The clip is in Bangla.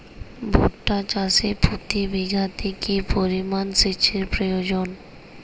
ভুট্টা চাষে প্রতি বিঘাতে কি পরিমান সেচের প্রয়োজন?